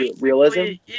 realism